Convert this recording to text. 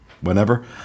whenever